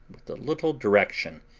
with a little direction,